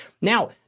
Now